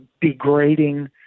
degrading